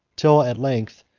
till at length,